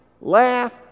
laugh